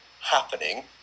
happening